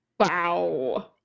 Wow